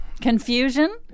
confusion